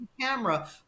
camera